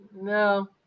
No